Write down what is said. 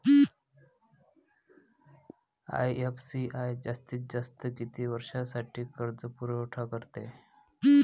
IFCI जास्तीत जास्त किती वर्षासाठी कर्जपुरवठा करते?